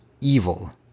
evil